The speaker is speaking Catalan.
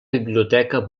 biblioteca